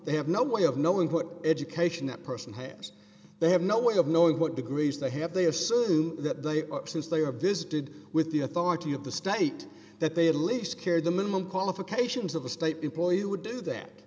they have no way of knowing what education that person has they have no way of knowing what degrees they have they assume that they since they are visited with the authority of the state that they at least care the minimum qualifications of a state employee would do that